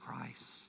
Christ